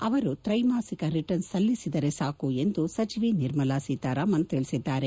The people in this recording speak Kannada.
ಅವರು ತ್ರೈಮಾಸಿಕ ರಿಟರ್ನ್ಸ್ ಸಲ್ಲಿಸಿದರೆ ಸಾಕು ಎಂದು ಸಚಿವೆ ನಿರ್ಮಲಾ ಸೀತಾರಾಮನ್ ತಿಳಿಸಿದ್ದಾರೆ